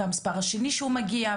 והמספר השני שהוא מגיע,